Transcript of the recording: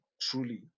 truly